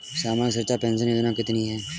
सामाजिक सुरक्षा पेंशन योजना कितनी हैं?